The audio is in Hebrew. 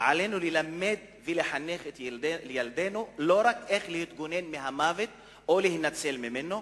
"עלינו ללמד ולחנך את ילדינו לא רק איך להתגונן מהמוות או להינצל ממנו,